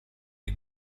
est